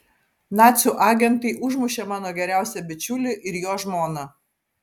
nacių agentai užmušė mano geriausią bičiulį ir jo žmoną